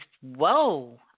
Whoa